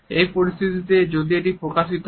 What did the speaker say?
এই পরিস্থিতিতে যদি এটি প্রকাশিত হয়